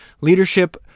leadership